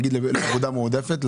נגיד לעבודה מועדפת,